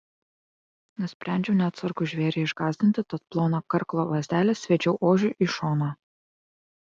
nusprendžiau neatsargų žvėrį išgąsdinti tad ploną karklo lazdelę sviedžiau ožiui į šoną